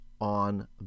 on